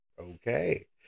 okay